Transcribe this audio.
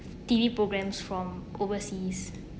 T_V programmes from overseas